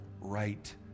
right